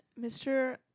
mr